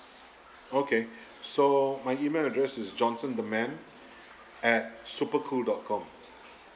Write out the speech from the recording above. okay so my email address is johnson the man at super cool dot com